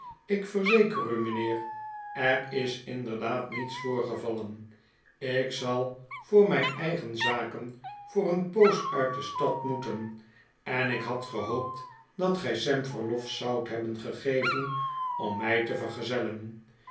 ik verzeker u mijnheer er is inderdaad niets voorgevallen ik zal voor mijn eigen zaken voor een poos uit de stad moeten en ik had gehoopt dat gij sam verlof zoudt hebben gegeven om mij te vergezellen